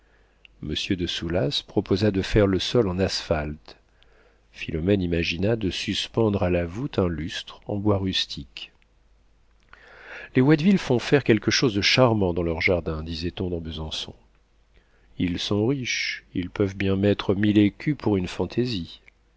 monsieur de soulas proposa de faire le sol en asphalte philomène imagina de suspendre à la voûte un lustre en bois rustiqué les watteville font faire quelque chose de charmant dans leur jardin disait-on dans besançon ils sont riches ils peuvent bien mettre mille écus pour une fantaisie